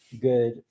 good